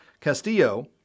Castillo